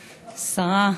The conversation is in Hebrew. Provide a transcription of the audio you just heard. השרה,